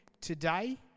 today